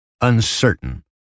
uncertain